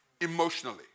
emotionally